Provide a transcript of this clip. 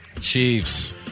Chiefs